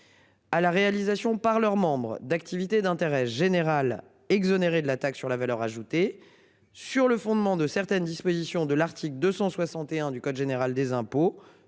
À la réalisation par leurs membres d'activités d'intérêt général exonérés de la taxe sur la valeur ajoutée sur le fondement de certaines dispositions de l'article 261 du code général des impôts